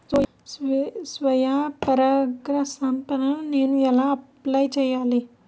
స్వీయ పరాగసంపర్కాన్ని నేను ఎలా ఆపిల్?